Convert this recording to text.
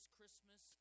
Christmas